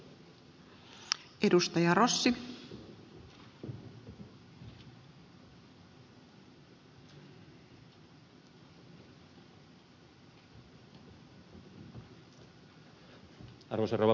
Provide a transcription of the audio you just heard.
arvoisa rouva puhemies